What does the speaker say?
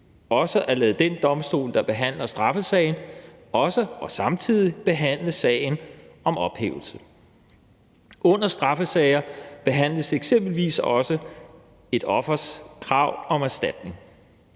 også at lade den domstol, der behandler straffesagen, samtidig behandle sagen om ophævelse. Under straffesager behandles eksempelvis også et offers krav om erstatning,